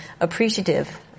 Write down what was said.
appreciative